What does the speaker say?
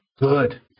Good